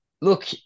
Look